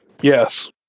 Yes